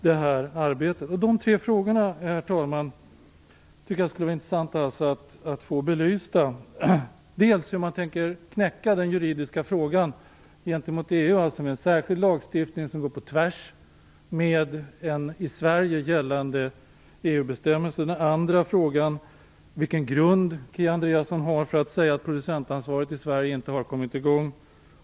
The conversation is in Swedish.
De tre frågor som det skulle vara intressant att få belysta är alltså: Hur tänker man knäcka den juridiska frågan gentemot EU, med särskild lagstiftning som går tvärs emot en i Sverige gällande EU-bestämmelse? Vilken grund har Kia Andreasson för att säga att producentansvaret i Sverige inte har kommit i gång?